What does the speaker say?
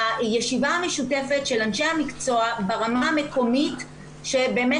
הישיבה המשותפת של אנשי המקצוע ברמה המקומית שבאמת